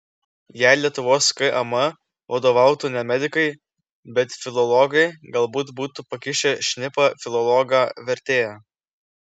jei lietuvos kam vadovautų ne medikai bet filologai galbūt būtų pakišę šnipą filologą vertėją